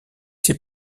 ces